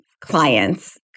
clients